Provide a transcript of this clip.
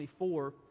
24